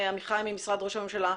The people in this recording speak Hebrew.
עמיחי ממשרד ראש הממשלה,